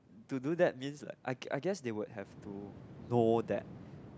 to do that means like I I guess they would have to know that